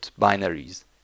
binaries